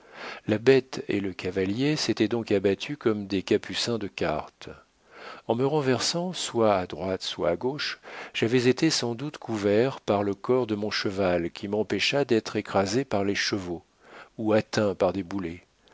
la bête et le cavalier s'étaient donc abattus comme des capucins de cartes en me renversant soit à droite soit à gauche j'avais été sans doute couvert par le corps de mon cheval qui m'empêcha d'être écrasé par les chevaux ou atteint par des boulets